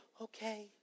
okay